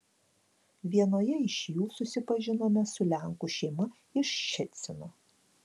vienoje iš jų susipažinome su lenkų šeima iš ščecino